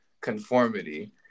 conformity